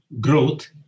growth